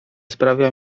sprawia